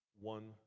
one